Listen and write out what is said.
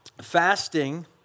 Fasting